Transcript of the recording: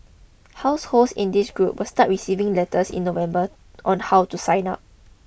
households in this group will start receiving letters in November on how to sign up